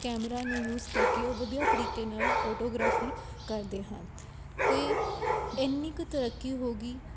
camera ਨੂੰ use ਕਰਕੇ ਉਹ ਵਧੀਆ ਤਰੀਕੇ ਨਾਲ ਫੋਟੋਗ੍ਰਾਫੀ ਕਰਦੇ ਹਨ ਅਤੇ ਇੰਨੀ ਕੁ ਤਰੱਕੀ ਹੋ ਗਈ